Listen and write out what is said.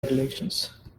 regulations